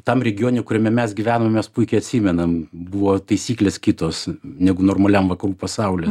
tam regione kuriame mes gyvenom mes puikiai atsimenam buvo taisyklės kitos negu normaliam vakarų pasauly